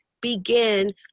begin